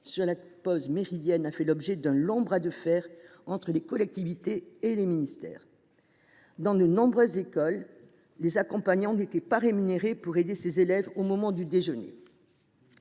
la pause méridienne a fait l’objet d’un long bras de fer entre les collectivités et les ministères. Dans de nombreuses écoles, les accompagnants n’étaient pas rémunérés pour aider ces élèves au moment du déjeuner.